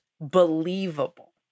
believable